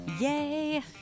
Yay